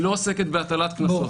היא לא עוסקת בהטלת קנסות.